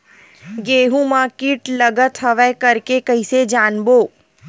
गेहूं म कीट लगत हवय करके कइसे जानबो?